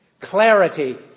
clarity